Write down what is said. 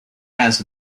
has